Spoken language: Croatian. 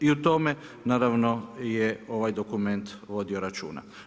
I u tome naravno je ovaj dokument vodio računa.